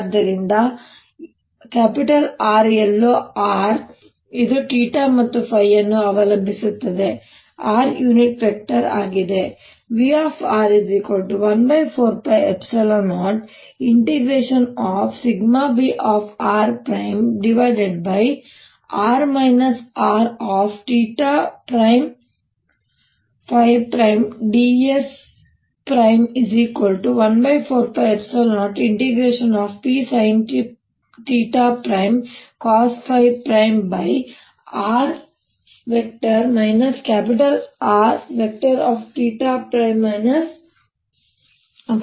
ಆದ್ದರಿಂದ R ಎಲ್ಲೋ r ಇದು θ ಮತ್ತು ϕ ಅನ್ನು ಅವಲಂಬಿಸಿರುತ್ತದೆ R ಯುನಿಟ್ ವೆಕ್ಟರ್ ಆಗಿದೆ